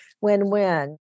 win-win